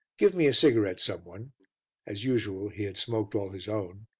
give me a cigarette, some one as usual he had smoked all his own.